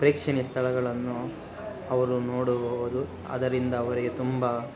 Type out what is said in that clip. ಪ್ರೇಕ್ಷಣೀಯ ಸ್ಥಳಗಳನ್ನು ಅವರು ನೋಡುಬೋದು ಅದರಿಂದ ಅವರಿಗೆ ತುಂಬ